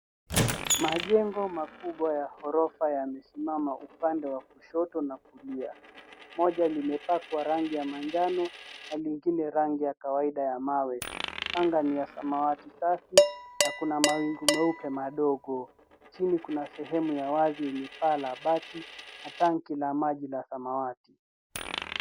Majengo makubwa ya ghorofa yamesimama upande wa kushoto na kulia. Moja limepakwa rangi ya manjano na lingine rangi ya kawaida ya mawe, anga ni ya samawati safi na kuna mawingu meupe madogo. Chini kuna sehemu ya wazi yenye paa la bati na tanki la maji la samawati.